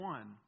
One